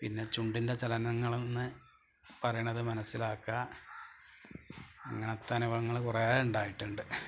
പിന്നെ ചുണ്ടിൻ്റെ ചലനങ്ങളെന്ന് പറയുന്നത് മനസ്സിലാക്കുക അങ്ങനത്തെ അനുഭവങ്ങള് കുറേ ഉണ്ടായിട്ടുണ്ട്